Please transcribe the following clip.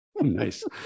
Nice